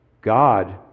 God